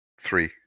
three